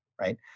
right